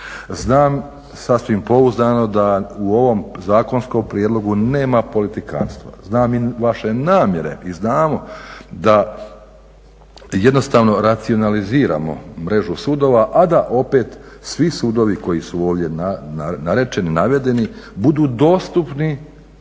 Znam sasvim pouzdano da u ovom zakonskom prijedlogu nema politikantstva. Znam i vaše namjere i znamo da jednostavno racionaliziramo mrežu sudova, a da opet svi sudovi koji su ovdje navedeni budu dostupni